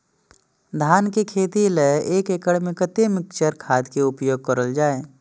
धान के खेती लय एक एकड़ में कते मिक्चर खाद के उपयोग करल जाय?